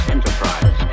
Enterprise